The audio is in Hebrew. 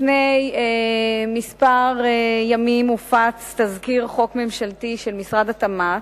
לפני מספר ימים הופץ תזכיר חוק ממשלתי של משרד התמ"ת,